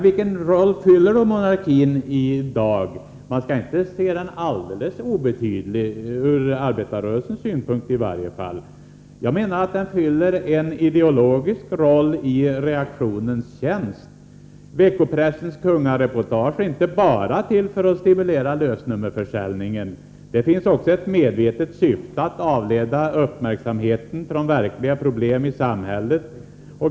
Vilken roll har monarkin i dag? Man kan säga att monarkin inte är alldeles obetydlig, i varje fall inte från arbetarröresens synpunkt. Jag menar att den Vissa frågor på det Vissa frågor på det fyller en ideologisk roll i reaktionens tjänst. Veckopressens kungareportage är inte bara till för att stimulera lösnummerförsäljning. Det finns också ett medvetet syfte att avleda uppmärksamheten från verkliga problem.